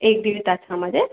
एक दीड तासामध्ये